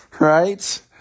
Right